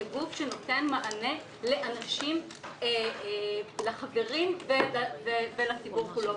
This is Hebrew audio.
זה גוף שנותן מענה לחברים ולציבור כולו.